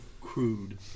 crude